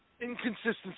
inconsistency